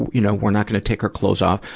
you know, we're not gonna take our clothes off.